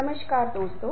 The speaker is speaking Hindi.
नमस्कार दोस्तों